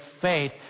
faith